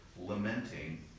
lamenting